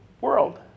world